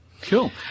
Cool